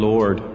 Lord